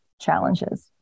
challenges